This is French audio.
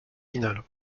finales